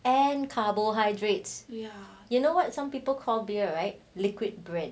and carbohydrates ya you know what some people call beer right liquid bread